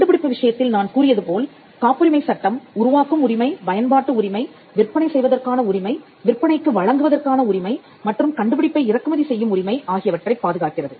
கண்டுபிடிப்பு விஷயத்தில் நான் கூறியதுபோல் காப்புரிமை சட்டம் உருவாக்கும் உரிமை பயன்பாட்டு உரிமை விற்பனை செய்வதற்கான உரிமை விற்பனைக்கு வழங்குவதற்கான உரிமை மற்றும் கண்டுபிடிப்பை இறக்குமதி செய்யும் உரிமை ஆகியவற்றைப் பாதுகாக்கிறது